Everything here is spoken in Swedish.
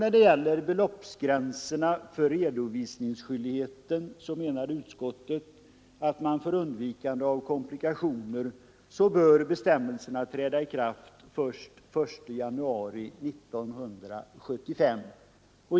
När det gäller beloppsgränserna för redovisningsskyldigheten menar utskottet att man för undvikande av komplikationer bör låta bestämmelserna träda i kraft först den 1 januari 1975.